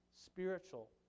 spiritual